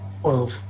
Twelve